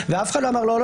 אף אחד לא אמר לא,